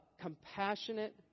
compassionate